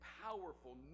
powerful